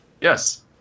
Yes